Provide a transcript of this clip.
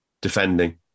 defending